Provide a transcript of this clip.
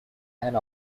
and